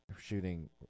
Shooting